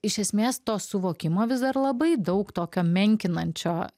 iš esmės to suvokimo vis dar labai daug tokio menkinančio